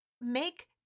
Make